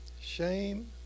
Shame